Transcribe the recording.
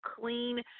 clean